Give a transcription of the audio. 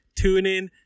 TuneIn